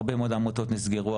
הרבה מאוד עמותות נסגרו,